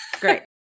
Great